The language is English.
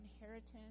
inheritance